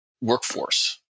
workforce